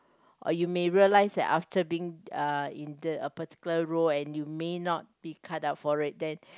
or you may realise that after being uh in the a particular role and you may not be cut out for it then